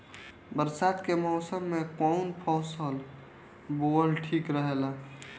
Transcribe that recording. बरसात के मौसम में कउन फसल बोअल ठिक रहेला?